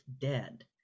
dead